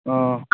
ꯑꯧ